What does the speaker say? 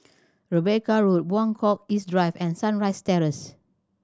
Rebecca Road Buangkok East Drive and Sunrise Terrace